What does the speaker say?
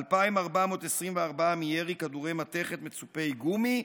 2,424 מירי כדורי מתכת מצופי גומי,